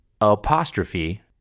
apostrophe